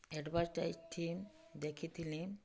ଆଡ଼୍ଭାଟାଇଜ୍ଥି ଦେଖିଥିଲି